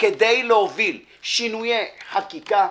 כדי להוביל שינויי חקיקה,